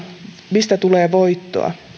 mistä tulee voittoa